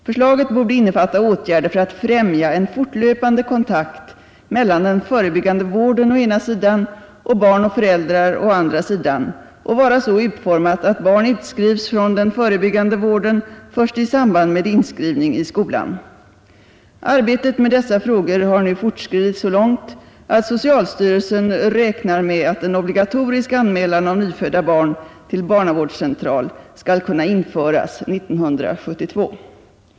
Förslaget borde innefatta åtgärder för att främja en fortlöpande kontakt mellan den förebyggande vården å ena sidan och barn och föräldrar å andra sidan och vara så utformat att barn utskrivs från den förebyggande vården först i samband med inskrivning i skolan. Arbetet med dessa frågor har nu fortskridit så långt att socialstyrelsen räknar med att en obligatorisk anmälan av nyfödda barn till barnavårdscentral skall kunna införas 1972.